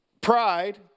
Pride